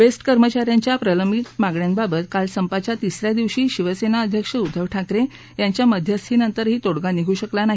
best कर्मचाऱ्यांच्या प्रलंबित मागण्यांबाबत संपाच्या तिसऱ्या दिवशी काल शिवसेना अध्यक्ष उद्दव ठाकरे यांच्या मध्यस्थीनंतरही तोङगा निघू शकला नाही